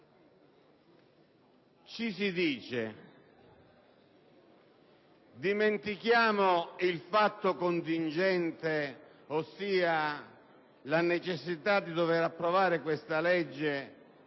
Ci si dice: dimentichiamo il fatto contingente, ossia la necessità di dover approvare questo disegno